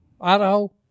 Idaho